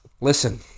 listen